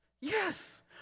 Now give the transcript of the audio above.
Yes